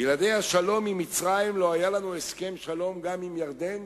בלי השלום עם מצרים לא היה לנו הסכם שלום גם עם ירדן,